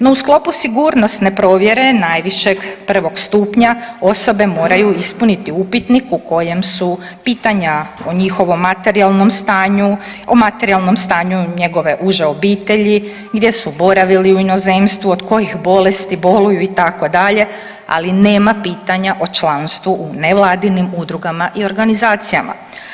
No u sklopu sigurnosne provjere najvišeg prvog stupnja osobe moraju ispuniti upitnik u kojem su pitanja o njihovom materijalnom stanju, o materijalnom stanju njegove uže obitelji, gdje su boravili u inozemstvu, od kojih bolesti boluju itd., ali nema pitanja o članstvu u nevladinim udrugama i organizacijama.